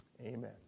Amen